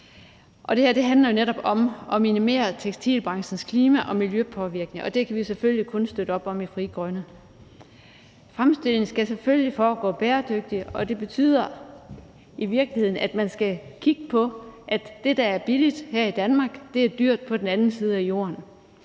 det her handler netop om at minimere tekstilbranchens klima- og miljøpåvirkning, og det kan vi selvfølgelig kun støtte op om i Frie Grønne. Fremstillingen skal selvfølgelig foregå bæredygtigt, og det betyder i virkeligheden, at man skal kigge på, at det, der er billigt her i Danmark, er dyrt på den anden side af jorden.